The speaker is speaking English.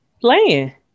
playing